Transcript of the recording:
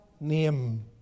name